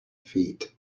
feet